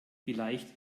vielleicht